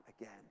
again